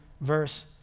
verse